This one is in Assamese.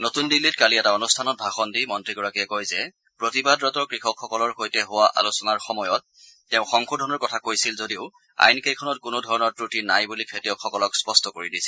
নতুন দিল্লীত কালি এটা অনুষ্ঠানত ভাষণ দি মন্ত্ৰীগৰাকীয়ে কয় যে প্ৰতিবাদৰত কৃষকসকলৰ সৈতে হোৱা আলোচনাৰ সময়ত তেওঁ সংশোধনৰ কথা কৈছিল যদিও আইনকেইখনত কোনোধৰণৰ ক্ৰটি নাই বুলি খেতিয়কসকলক স্পষ্ট কৰি দিছিল